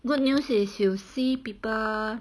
good news is you see people